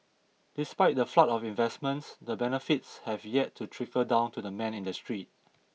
despite the flood of investments the benefits have yet to trickle down to the man in the street